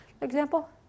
Example